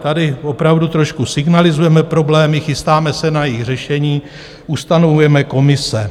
Tady opravdu trošku signalizujeme problémy, chystáme se na jejich řešení, ustanovujeme komise.